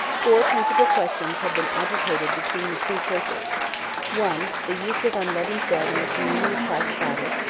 four principal questions had been agitated between the two churches one. the use of unleavened bread in the communion of christ's body.